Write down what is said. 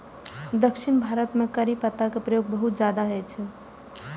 दक्षिण भारत मे करी पत्ता के प्रयोग बहुत ज्यादा होइ छै